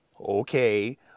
okay